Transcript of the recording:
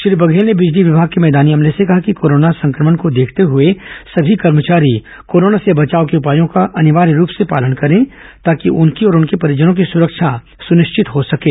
श्री बघेल ने बिजली विभाग के मैदानी अमले से कहा कि कोरोना संक्रमण को देखते हुए सभी कर्मचारी कोरोना से बचाव के उपायों का अनिवार्य रूप से पालन करें ताकि उनकी और उनके परिजनों की सुरक्षा सुनिश्चित हो सकें